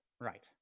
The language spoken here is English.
Right